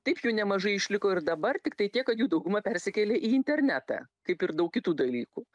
taip jų nemažai išliko ir dabar tiktai tiek kad jų dauguma persikėlė į internetą kaip ir daug kitų dalykų